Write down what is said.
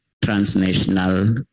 transnational